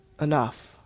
enough